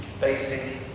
basic